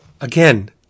Again